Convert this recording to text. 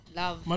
love